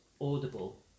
Audible